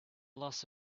loss